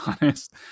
honest